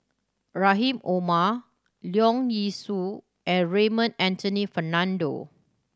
Rahim Omar Leong Yee Soo and Raymond Anthony Fernando